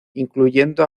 incluyendo